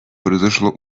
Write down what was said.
произошло